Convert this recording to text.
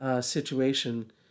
situation